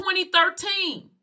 2013